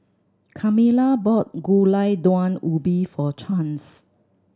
Carmela bought Gulai Daun Ubi for Chance